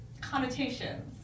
connotations